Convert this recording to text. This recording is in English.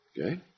Okay